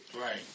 Right